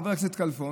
חבר הכנסת כלפון,